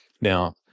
Now